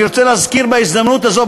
אני רוצה להזכיר בהזדמנות הזאת,